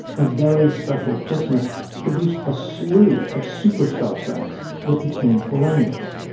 a very special christmas produced a slew of superstar tracks that became perennials,